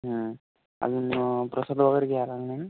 हं अजून प्रसाद वगैरे घ्यावा लागणार नं